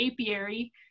apiary